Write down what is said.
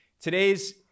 Today's